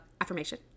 affirmation